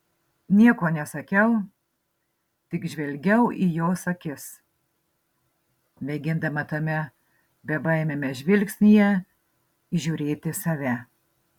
nieko nesakiau tik žvelgiau į jos akis mėgindama tame bebaimiame žvilgsnyje įžiūrėti save